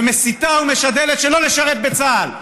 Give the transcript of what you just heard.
ומסיתה ומשדלת שלא לשרת בצה"ל.